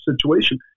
situation